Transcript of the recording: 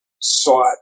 sought